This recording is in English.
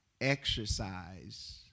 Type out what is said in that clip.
exercise